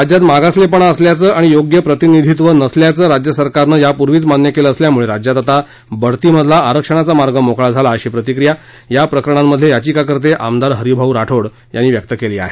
राज्यात मागसलेपणा असल्याचं आणि योग्य प्रतिनिधीत्व नसल्याचं राज्य सरकारनं यापूर्वीच मान्य केलं असल्यामुळे राज्यात आता बढतीमधला आरक्षणाचा मार्ग मोकळा झाला अशी प्रतिक्रिया या प्रकरणांमधले याचिकाकर्ते आमदार हरिभाऊ राठोड यांनी व्यक्त केली आहे